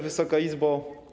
Wysoka Izbo!